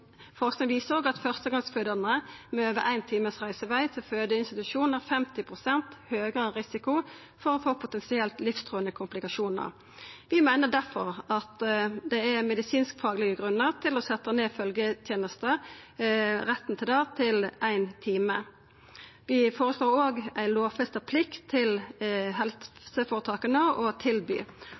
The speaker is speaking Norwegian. Forsking viser også at førstegongsfødande med over 1 times reiseveg til fødeinstitusjon har 50 pst. høgare risiko for å få potensielt livstruande komplikasjonar. Vi meiner difor at det er medisinsk-faglege grunnar til å setja retten til følgjeteneste til 1 times reiseveg. Vi føreslår òg at helseføretaka skal ha ei lovfesta plikt til